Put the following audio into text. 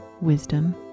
wisdom